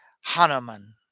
Hanuman